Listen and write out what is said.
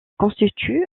constitue